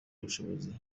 ubushobozi